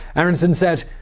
aaronson said.